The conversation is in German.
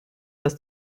das